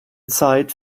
zeit